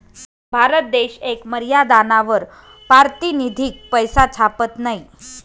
भारत देश येक मर्यादानावर पारतिनिधिक पैसा छापत नयी